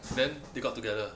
then they got together